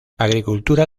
agricultura